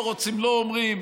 לא רוצים לא אומרים.